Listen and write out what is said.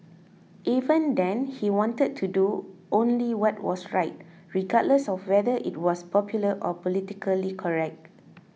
even then he wanted to do only what was right regardless of whether it was popular or politically correct